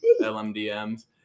LMDMs